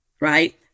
right